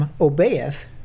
obeyeth